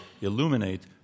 illuminate